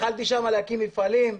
יכולתי להקים שם מפעלים,